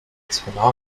exponate